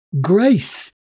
grace